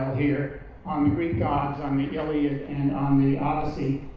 here on the greek gods, on the iliad, and on the odyssey.